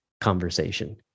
conversation